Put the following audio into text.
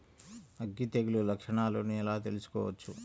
అగ్గి తెగులు లక్షణాలను ఎలా తెలుసుకోవచ్చు?